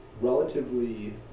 relatively